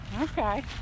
Okay